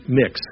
mix